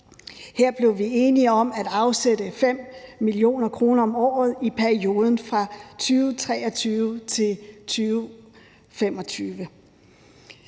Her blev vi enige om at afsætte 5 mio. kr. om året i perioden fra 2023 til 2025.